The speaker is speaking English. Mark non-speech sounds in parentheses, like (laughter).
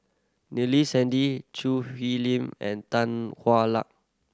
(unintelligible) Sandy Choo Hwee Lim and Tan Hwa Luck